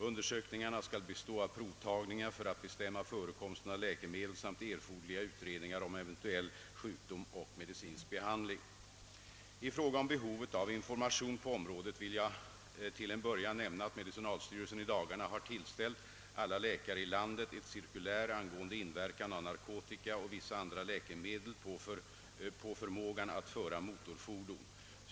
Undersökningarna skall bestå av provtagningar för att bestämma förekomsten av läkemedel samt erforderliga utredningar om eventuell sjukdom och medicinsk behandling. I fråga om behovet av information på området vill jag till en början nämna att medicinalstyrelsen i dagarna har tillställt alla läkare i landet ett cirkulär angående inverkan av narkotika och vissa andra läkemedel på förmågan att föra motorfordon.